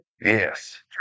Yes